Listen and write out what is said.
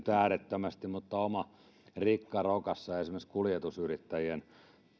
äärettömästi mutta on oma rikka rokassa esimerkiksi kuljetusyrittäjien